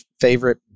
favorite